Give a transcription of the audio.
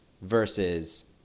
versus